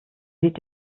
sieht